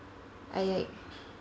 I like